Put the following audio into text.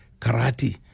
Karate